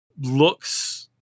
looks